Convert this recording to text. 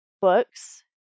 books